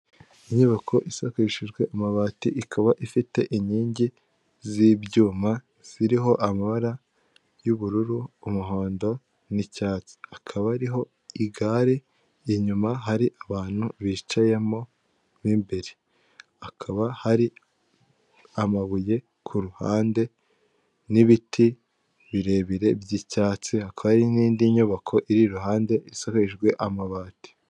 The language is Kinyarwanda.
Inyubako isakashijwe amabati ikaba ifite inkingi z'ibyuma ziriho amabara y'ubururu, umuhondo n'icyatsi akaba ariho igare inyuma hari abantu bicayemo b'imbere hakaba hari amabuye ku ruhande n'ibiti birebire by'icyatsi hakaba hari n'indi nyubako ku ruhande isikajwe amabati.